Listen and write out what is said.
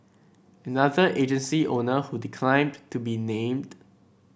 another agency owner who declined to be named